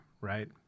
right